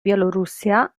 bielorrusia